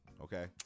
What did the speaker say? okay